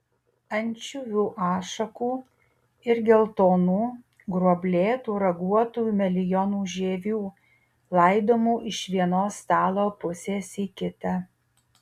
ančiuvių ašakų ir geltonų gruoblėtų raguotųjų melionų žievių laidomų iš vienos stalo pusės į kitą